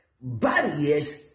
barriers